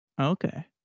Okay